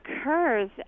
occurs